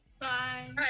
Bye